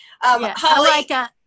Holly